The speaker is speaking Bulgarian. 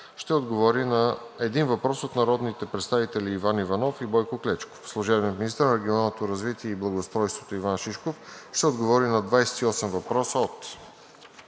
ще отговори на един въпрос от народните представители Иван Иванов и Бойко Клечков. 9. Служебният министър на регионалното развитие и благоустройството Иван Шишков ще отговори на 28 въпроса от